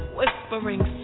whispering